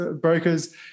brokers